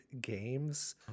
Games